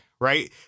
right